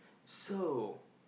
so